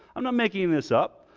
i'm not making this up.